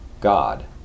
God